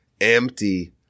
empty